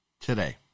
today